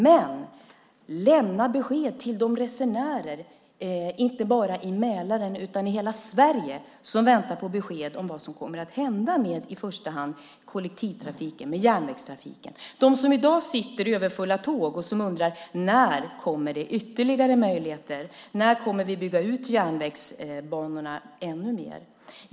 Men lämna besked till de resenärer, inte bara i Mälarområdet utan i hela Sverige, som väntar på besked om vad som kommer att hända med i första hand kollektivtrafiken, med järnvägstrafiken. De som i dag sitter i överfulla tåg undrar när det kommer ytterligare möjligheter. När kommer vi att bygga ut järnvägsbanorna ännu mer?